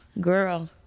girl